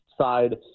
side